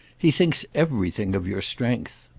he thinks everything of your strength.